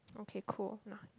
okay cool nah